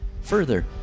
Further